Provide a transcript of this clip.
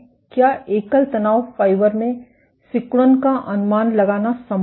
क्या एकल तनाव फाइबर में सिकुड़न का अनुमान लगाना संभव है